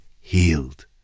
healed